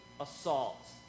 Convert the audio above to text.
assault